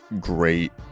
great